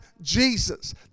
Jesus